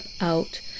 out